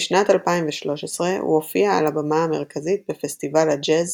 בשנת 2013 הוא הופיע על הבמה המרכזית בפסטיבל הג'אז